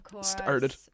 started